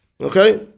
Okay